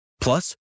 Plus